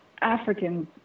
Africans